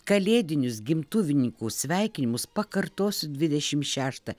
kalėdinius gimtuvininkų sveikinimus pakartosiu dvidešim šeštą